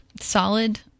solid